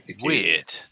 weird